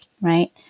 right